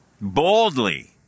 boldly